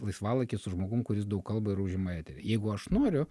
laisvalaikį su žmogum kuris daug kalba ir užima eterį jeigu aš noriu